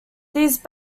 these